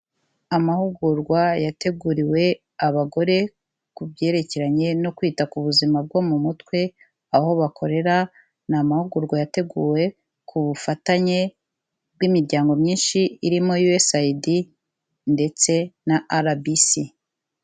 Amahugurwa yateguriwe abagore ku byerekeranye no kwita ku buzima bwo mu mutwe aho bakorera ni amahugurwa yateguwe ku bufatanye bw'imiryango myinshi irimo Yuwesayidi ndetse na Arabisi.